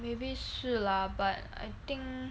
maybe 是 lah but I think